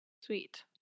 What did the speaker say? Sweet